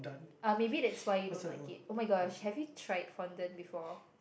oh maybe that's why you didn't like it oh-my-gosh have you tried fondant before